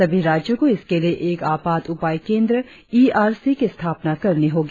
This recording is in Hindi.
सभी राज्यों को इसके लिए एक आपात उपाय केंद्र ईआरसी की स्थापना करनी होगी